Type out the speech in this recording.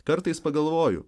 kartais pagalvoju